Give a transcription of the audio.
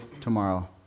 tomorrow